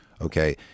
okay